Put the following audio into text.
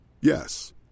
Yes